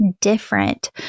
different